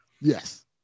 Yes